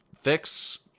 fix